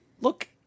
look